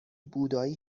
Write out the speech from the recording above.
بودایی